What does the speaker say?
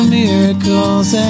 miracle's